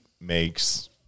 makes